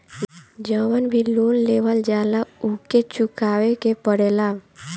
जवन भी लोन लेवल जाला उके चुकावे के पड़ेला